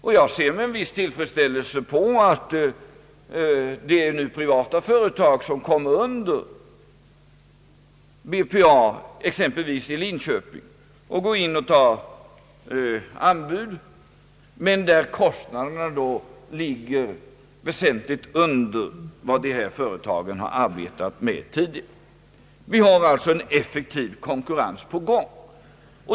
Jag ser med viss tillfredsställelse på att det är privata företag, exempelvis BPA i Linköping, som nu går in och tar anbud, där kostnaderna dock ligger väsentligt under vad de här företagen har arbetat med tidigare. Vi har alltså en effektiv konkurrens i gång.